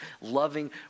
loving